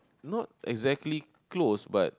not exactly close but